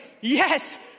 yes